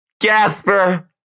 Gasper